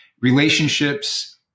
relationships